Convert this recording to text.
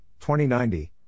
2090